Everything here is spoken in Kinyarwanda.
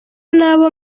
n’abo